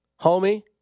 homie